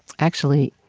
actually,